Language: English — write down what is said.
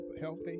healthy